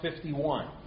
51